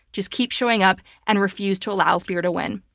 just keep showing up and refuse to allow fear to win.